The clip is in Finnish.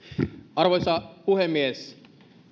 arvoisa puhemies